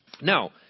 Now